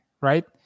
right